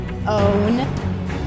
own